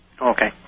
Okay